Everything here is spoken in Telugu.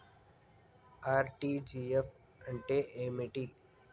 ఆర్.టి.జి.ఎస్ అంటే ఏమిటి?